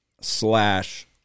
slash